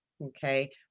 Okay